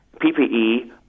PPE